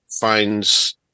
finds